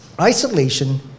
isolation